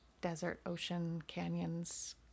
desert-ocean-canyons